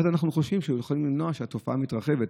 אנחנו חושבים שאפשר למנוע תופעה מתרחבת,